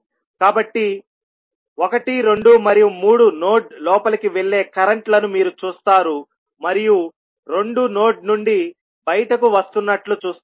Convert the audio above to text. కాబట్టి 1 2 మరియు 3 నోడ్ లోపలికి వెళ్లే కరెంట్ లను మీరు చూస్తారు మరియు 2 నోడ్ నుండి బయటకు వస్తున్నట్లు చూస్తారు